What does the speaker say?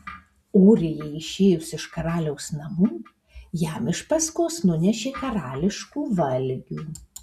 ūrijai išėjus iš karaliaus namų jam iš paskos nunešė karališkų valgių